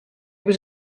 was